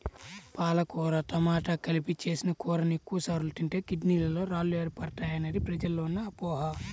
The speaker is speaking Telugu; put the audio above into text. పాలకూర టమాట కలిపి చేసిన కూరని ఎక్కువ సార్లు తింటే కిడ్నీలలో రాళ్లు ఏర్పడతాయనేది ప్రజల్లో ఉన్న అపోహ